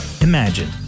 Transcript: Imagine